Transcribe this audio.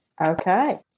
Okay